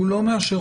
הוא לא מאשר אותם.